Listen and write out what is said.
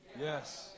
Yes